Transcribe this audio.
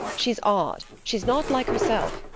she's odd, she's not like herself.